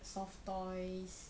soft toys